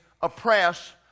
oppress